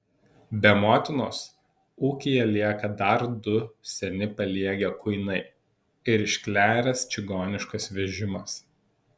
be motinos ūkyje lieka dar du seni paliegę kuinai ir iškleręs čigoniškas vežimas